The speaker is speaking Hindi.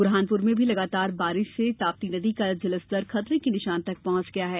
बुरहानपुर में भी लगातार बारिश से ताप्ती नदी का जल स्तर खतरे के निशान तक पहुंच गया है